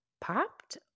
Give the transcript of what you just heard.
popped